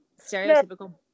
stereotypical